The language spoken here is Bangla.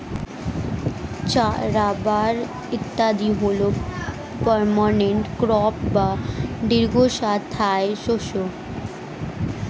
চা, রাবার ইত্যাদি হল পার্মানেন্ট ক্রপ বা দীর্ঘস্থায়ী শস্য